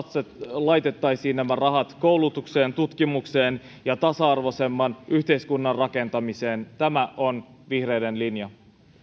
laittaisimme nämä rahat koulutukseen tutkimukseen ja tasa arvoisemman yhteiskunnan rakentamiseen tämä on vihreiden linja